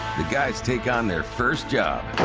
the guys take on their first job,